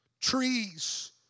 trees